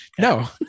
No